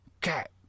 cat